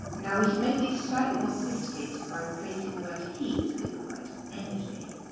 now, we can make these slightly more sophisticated by replacing the word heat with the word energy.